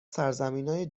سرزمینای